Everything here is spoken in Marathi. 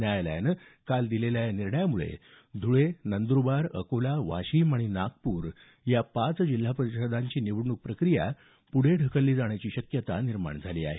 न्यायालयानं काल दिलेल्या या निर्णयामुळे धुळे नंदरबार अकोला वाशिम आणि नागपूर या पाच जिल्हा परिषदांची निवडणूक प्रक्रिया पुढे ढकलली जाण्याची शक्यता आहे